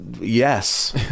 Yes